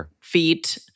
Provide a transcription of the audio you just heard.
feet